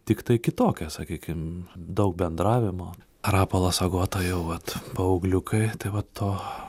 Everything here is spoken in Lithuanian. tiktai kitokios sakykim daug bendravimo rapolas agota jau vat paaugliukai tai va to